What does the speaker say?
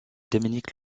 dominique